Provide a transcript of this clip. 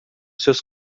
seus